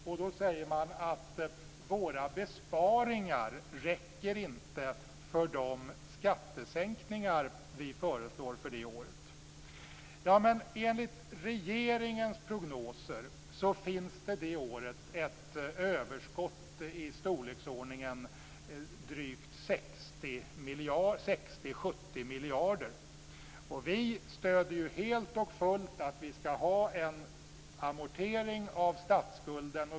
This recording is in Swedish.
Man säger att våra besparingar inte räcker för de skattesänkningar vi föreslår för det året. Enligt regeringens prognoser finns det för det året ett överskott i storleksordningen 60-70 miljarder. Vi stöder helt och fullt att statsskulden skall amorteras.